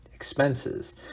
expenses